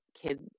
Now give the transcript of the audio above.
kid